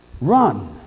run